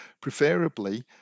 preferably